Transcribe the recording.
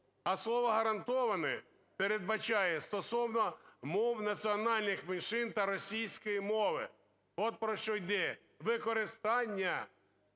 А слово "гарантоване" передбачає стосовно мов національних меншин та російської мови. От про що йде. Використання